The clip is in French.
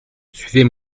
suivez